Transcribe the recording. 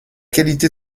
qualité